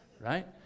Right